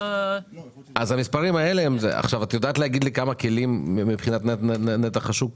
את יודעת להגיד לי כמה כלים מדובר מבחינת נתח השוק?